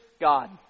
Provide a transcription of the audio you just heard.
God